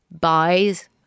buys